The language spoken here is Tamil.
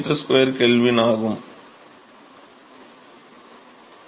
7 Wm²•K ஆக இருக்கும்